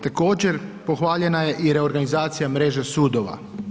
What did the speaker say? Također pohvaljena je i reorganizacija mreže sudova.